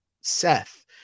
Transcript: Seth